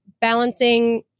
balancing